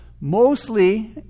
Mostly